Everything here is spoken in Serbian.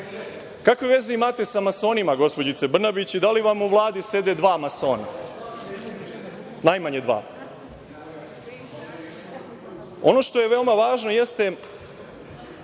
bih. Kakve veze imate sa masonima, gospođice Brnabić, i da li vam u Vladi sede dva masona? Najmanje dva. Ono što je veoma važno jeste,